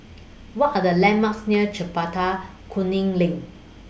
What Are The landmarks near Chempaka Kuning LINK